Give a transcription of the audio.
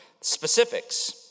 Specifics